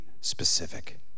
specific